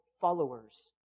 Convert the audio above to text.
followers